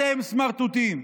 אתם סמרטוטים.